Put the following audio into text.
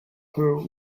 pearl